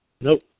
Nope